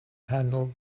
handle